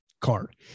card